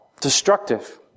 destructive